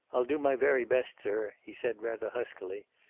i'll do my very best, sir, he said, rather huskily.